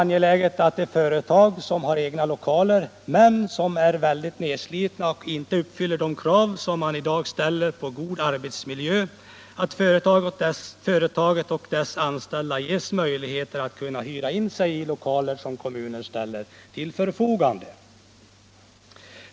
När ett företag har egna lokaler men dessa är mycket nedslitna och inte kan uppfylla de krav som i dag ställs på en god arbetsmiljö är det angeläget att företaget och dess anställda ges möjligheter att hyra in sig i lokaler som kommunen ställer till företagets förfogande.